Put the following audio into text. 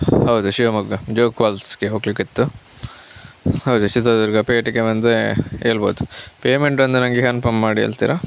ಹೌದು ಶಿವಮೊಗ್ಗ ಜೋಗ್ಫಾಲ್ಸ್ಗೆ ಹೋಗಲಿಕ್ಕಿತ್ತು ಹೌದು ಚಿತ್ರದುರ್ಗ ಪೇಟೆಗೆ ಬಂದರೆ ಹೇಳ್ಬೋದು ಪೇಮೆಂಟ್ ಒಂದು ನನಗೆ ಕನ್ಫರ್ಮ್ ಮಾಡಿ ಹೇಳ್ತೀರಾ